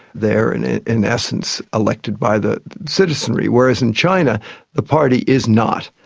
they are and in essence elected by the citizenry. whereas in china the party is not.